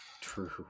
true